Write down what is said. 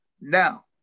Now